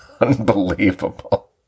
unbelievable